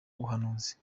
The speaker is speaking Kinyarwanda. ubuhanuzi